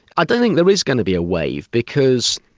i don't think there is going to be a wave, because